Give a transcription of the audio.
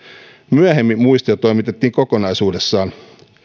myöhemmin muistio toimitettiin kokonaisuudessaan